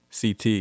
CT